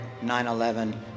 9-11